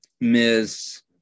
Ms